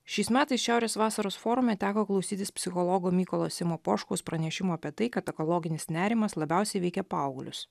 šiais metais šiaurės vasaros forume teko klausytis psichologo mykolo simo poškaus pranešimo apie tai kad ekologinis nerimas labiausiai veikia paauglius